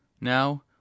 Now